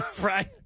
Right